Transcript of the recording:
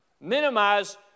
minimize